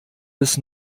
bis